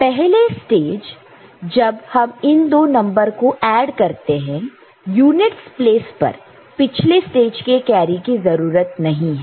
पहले स्टेज जब हम इन नंबर को ऐड करते हैं यूनिटस प्लेस पर पिछले स्टेज के कैरी की जरूरत नहीं है